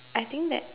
I think that